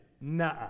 nah